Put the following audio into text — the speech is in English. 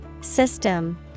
System